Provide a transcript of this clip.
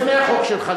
לפני החוק שלך,